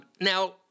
Now